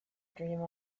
dream